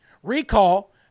Recall